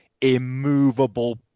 immovable